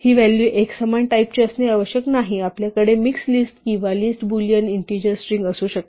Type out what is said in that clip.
ही value एकसमान टाईपची असणे आवश्यक नाही आपल्याकडे मिक्स्ड लिस्ट किंवा लिस्ट बूलियन इन्टीजर स्ट्रिंग असू शकतात